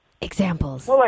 Examples